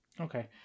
Okay